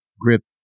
grip